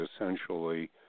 essentially